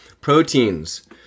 Proteins